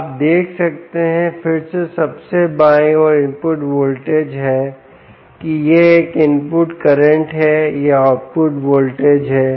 आप देख सकते हैं कि फिर से सबसे बाईं ओर इनपुट वोल्टेज है कि यह एक इनपुट करंट है यह आउटपुट वोल्टेज है